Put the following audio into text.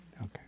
Okay